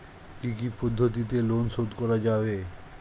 কি কি পদ্ধতিতে লোন শোধ করা যাবে?